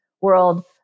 world